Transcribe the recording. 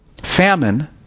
Famine